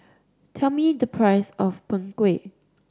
tell me the price of Png Kueh